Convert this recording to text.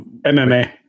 MMA